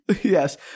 yes